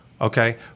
Okay